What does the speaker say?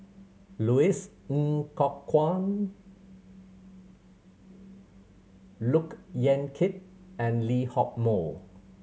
Louis Ng Kok Kwang Look Yan Kit and Lee Hock Moh